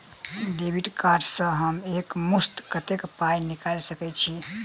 Debit card सँ हम एक मुस्त कत्तेक पाई निकाल सकय छी?